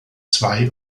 zwei